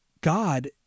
God